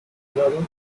grados